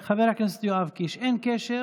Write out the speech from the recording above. חבר הכנסת יואב קיש, אין קשר